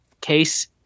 case